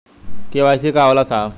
KYC का होला साहब?